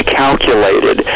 calculated